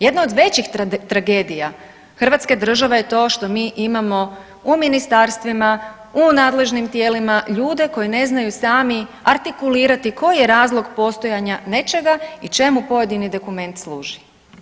Jedna od većih tragedija Hrvatske države je to što mi imamo u ministarstvima, u nadležnim tijelima, ljude koji ne znaju sami artikulirati koji je razlog postojanja nečega i čemu pojedini dokument služi.